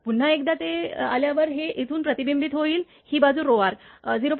पुन्हा एकदा येथे आल्यावर हे येथून प्रतिबिंबित होईल ही बाजू r 0